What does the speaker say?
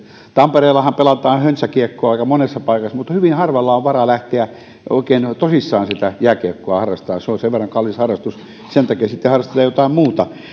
tampereellahan pelataan höntsäkiekkoa aika monessa paikassa mutta hyvin harvalla on varaa lähteä oikein tosissaan jääkiekkoa harrastamaan se on sen verran kallis harrastus sen takia sitten harrastetaan jotain muuta